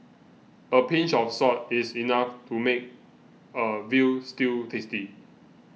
a pinch of salt is enough to make a Veal Stew tasty